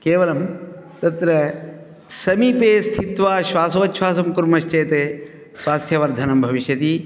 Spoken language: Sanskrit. केवलं तत्र समीपे स्थित्वा श्वासोच्छासं कुर्मश्चेत स्वास्यवर्धनं भविष्यति